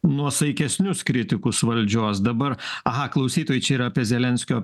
nuosaikesnius kritikus valdžios dabar aha klausytojai čia ir apie zelenskio